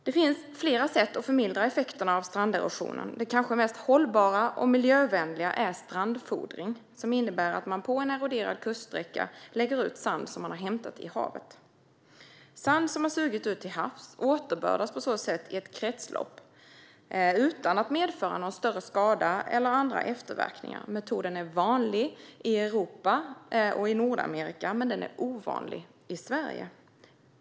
Det finns flera sätt att mildra effekterna av stranderosion. Det kanske mest hållbara och miljövänliga är strandfodring, som innebär att man på en eroderad kuststräcka lägger ut sand som hämtats i havet. Sand som sugits ut till havs återbördas på så sätt i ett kretslopp utan att medföra större skada eller andra efterverkningar. Metoden är vanlig i övriga Europa och i Nordamerika, men den är ovanlig i Sverige.